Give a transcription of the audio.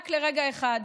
רק לרגע אחד.